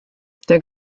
der